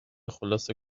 خلاصه